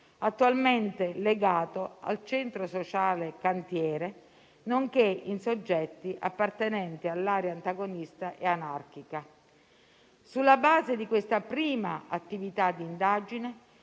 attualmente legato al «Centro sociale Cantiere» nonché in soggetti appartenenti all'area antagonista e anarchica. Sulla base di questa prima attività di indagine,